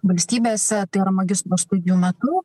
valstybėse tai yra magistro studijų metu